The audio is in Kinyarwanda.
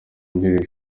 wungirije